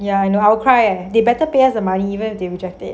ya I know I will cry leh they better pay us the money even if they reject it